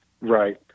Right